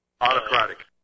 Autocratic